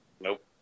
Nope